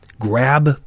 grab